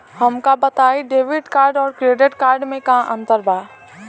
हमका बताई debit card और क्रेडिट कार्ड में का अंतर बा?